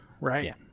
right